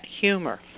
humor